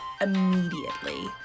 immediately